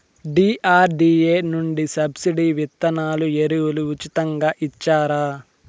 DRDA నుండి subsidy విత్తనాలు ఎరువులు ఉచితంగా ఇచ్చారా?